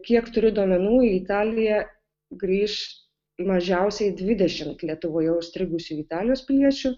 kiek turiu duomenų į italiją grįš mažiausiai dvidešimt lietuvoje užstrigusių italijos piliečių